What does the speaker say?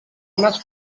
unes